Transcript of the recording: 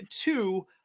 two